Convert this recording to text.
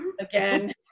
again